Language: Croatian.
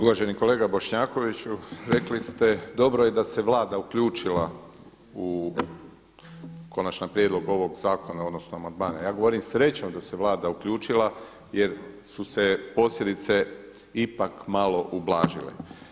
Uvaženi kolega Bošnjakoviću, rekli ste dobro je da se Vlada uključila u konačan prijedlog ovog zakona, odnosno amandmane, ja govorim srećom da se Vlada uključila jer su se posljedice ipak malo ublažile.